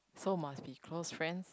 so must be close friends